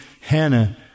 Hannah